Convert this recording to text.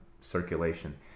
circulation